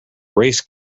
raised